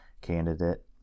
candidate